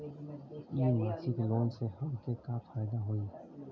इ मासिक लोन से हमके का फायदा होई?